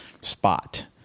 spot